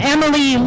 Emily